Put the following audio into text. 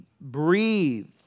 breathed